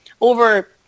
over